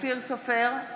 אופיר סופר,